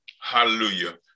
hallelujah